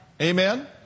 Amen